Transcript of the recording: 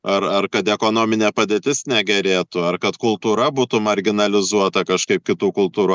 ar ar kad ekonominė padėtis negerėtų ar kad kultūra būtų marginalizuota kažkaip kitų kultūrų